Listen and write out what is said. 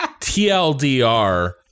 TLDR